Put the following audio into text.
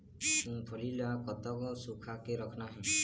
मूंगफली ला कतक सूखा के रखना हे?